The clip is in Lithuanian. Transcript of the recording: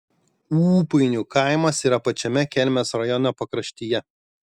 ūpainių kaimas yra pačiame kelmės rajono pakraštyje